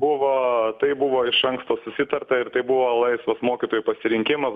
buvo tai buvo iš anksto susitarta ir tai buvo laisvas mokytojų pasirinkimas